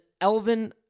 Elvin